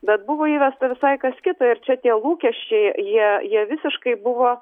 bet buvo įvesta visai kas kita ir čia tie lūkesčiai jie jie visiškai buvo